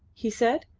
he said.